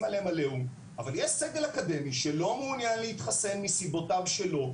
עליהם עליהום אבל יש סגל אקדמי שלא מעוניין להתחסן מסיבותיו שלו,